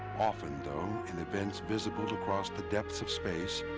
often, though, in events visible across the depths of space,